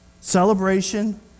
Celebration